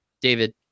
David